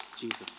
Jesus